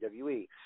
WWE